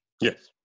Yes